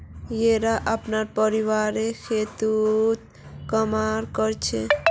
येरा अपनार परिवारेर खेततत् काम कर छेक